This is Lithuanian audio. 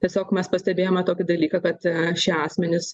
tiesiog mes pastebėjome tokį dalyką kad šie asmenys